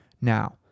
Now